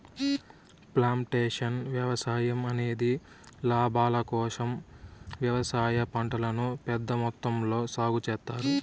plantation వ్యవసాయం అనేది లాభాల కోసం వ్యవసాయ పంటలను పెద్ద మొత్తంలో సాగు చేత్తారు